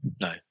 no